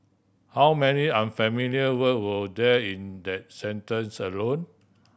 how many unfamiliar word were there in that sentence alone